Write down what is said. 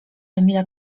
emila